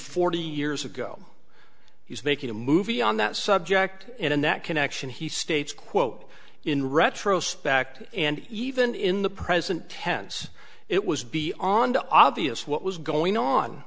forty years ago he's making a movie on that subject and in that connection he states quote in retrospect and even in the present tense it was beyond obvious what was going on